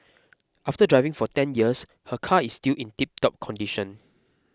after driving for ten years her car is still in tiptop condition